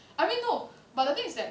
I mean no but the thing is that